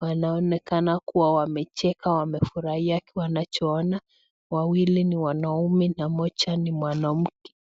wanaonekana kuwa wamecheka, wanafurahia kuona, wawili ni wanaume na moja ni mwanamke.